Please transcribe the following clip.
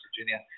Virginia